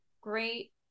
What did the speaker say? great